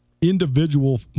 individual